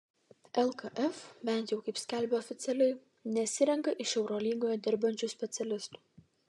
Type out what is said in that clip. lkf bent jau kaip skelbia oficialiai nesirenka iš eurolygoje dirbančių specialistų